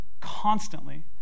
constantly